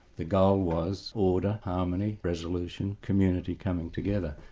the goal was order, harmony, resolution, community coming together.